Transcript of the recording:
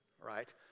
right